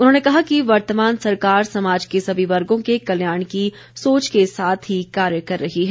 उन्होंने कहा कि वर्तमान सरकार समाज के सभी वर्गों के कल्याण की सोच के साथ ही कार्य कर रही है